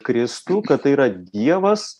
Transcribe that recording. kristų kad tai yra dievas